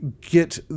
get